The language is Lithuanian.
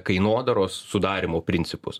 kainodaros sudarymo principus